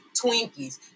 Twinkies